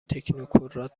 تکنوکرات